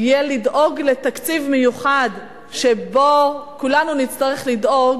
יהיה לדאוג לתקציב מיוחד, שבו כולנו נצטרך לדאוג